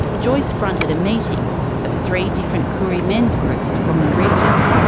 joyce fronted a meeting of three different koori men's groups from the region.